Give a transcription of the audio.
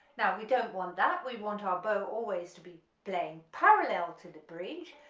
now we don't want that we want our bow always to be playing parallel to the bridge,